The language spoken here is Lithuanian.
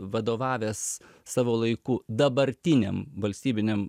vadovavęs savo laiku dabartiniam valstybiniam